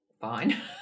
fine